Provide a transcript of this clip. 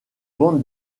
bande